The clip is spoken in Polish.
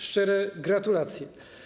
Szczere gratulacje.